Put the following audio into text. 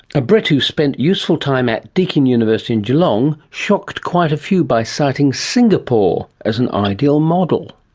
a brit who spent useful time at deakin university in geelong, shocked quite a few by citing singapore as an ideal model.